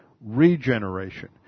regeneration